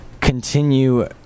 continue